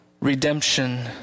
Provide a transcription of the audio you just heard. redemption